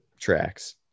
tracks